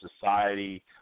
society